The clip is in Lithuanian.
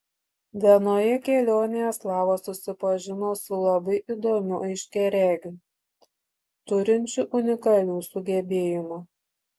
vienoje kelionėje slava susipažino su labai įdomiu aiškiaregiu turinčiu unikalių sugebėjimų